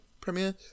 Premier